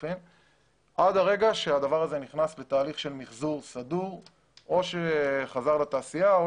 עד הרגע שהדבר הזה נכנס לתהליך של מיחזור סדור או שחזר לתעשייה או